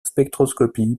spectroscopie